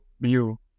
view